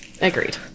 agreed